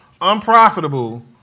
unprofitable